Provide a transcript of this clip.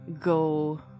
go